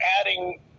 adding